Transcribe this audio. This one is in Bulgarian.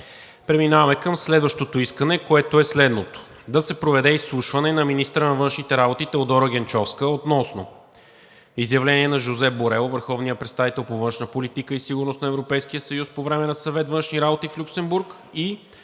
Преминаваме към следващото искане, което е следното: да се проведе изслушване на министъра на външните работи Теодора Генчовска относно изявление на Жозеп Борел – върховния представител по външна политика и сигурност на Европейския съюз, по време на Съвета на Европейския съюз по външни работи в Люксембург и